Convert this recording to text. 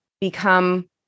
become